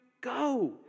go